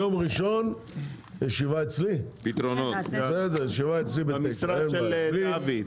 יום ראשון ישיבה אצלי בתשע, אין בעיה.